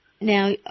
Now